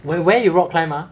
where where you rock climb ah